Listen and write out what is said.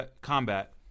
combat